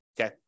Okay